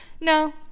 No